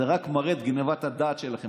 זה רק מראה את גנבת הדעת שלכם.